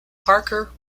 parker